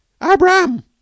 abram